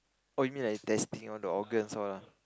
oh you mean like is testing all the organs all ah